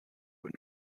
when